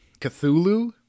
Cthulhu